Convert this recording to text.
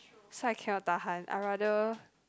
so I cannot tahan I rather